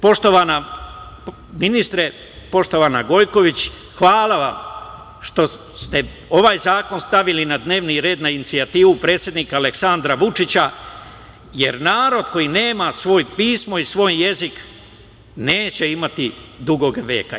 Poštovana ministre, poštovana Gojković, hvala vam što ste ovaj zakon stavili na dnevni red na inicijativu predsednika Aleksandra Vučića, jer narod koji nema svoje pismo i svoj jezik neće imati dugog veka.